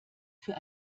für